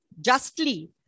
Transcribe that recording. justly